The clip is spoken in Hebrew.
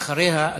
ואחריה,